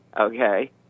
okay